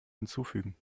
hinzufügen